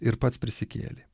ir pats prisikėlė